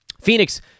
Phoenix